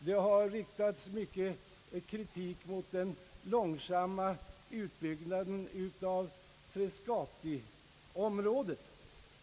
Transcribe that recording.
Det har riktats mycket kritik mot den långsamma utbyggnaden av frescatiområdet.